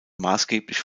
maßgeblich